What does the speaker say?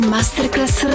Masterclass